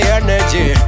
energy